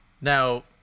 Now